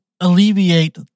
alleviate